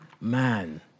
man